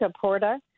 Porta